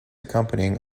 accompanying